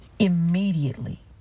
immediately